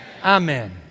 Amen